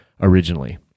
originally